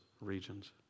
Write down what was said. regions